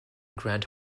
grand